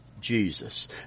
Jesus